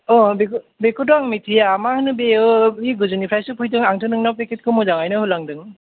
अ बेखौ बेखौथ' आं मिथिया मा होनो बेयो गोजाननिफ्रायसो फैदों आंथ' नोंनाव पेकेटखौ मोजाङैनो होलांदों